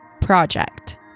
project